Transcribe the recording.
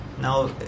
now